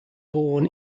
born